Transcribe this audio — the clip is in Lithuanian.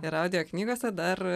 ir audio knygose dar